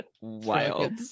wild